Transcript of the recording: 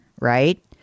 right